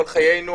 על חיינו,